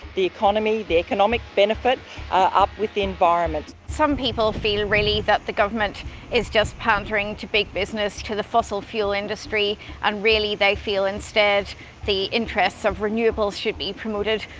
the economy, the economic benefit up with the environment. some people feel, really, that the government is just pandering to big business, to the fossil fuel industry and really, they feel instead the interests of renewables should be promoted.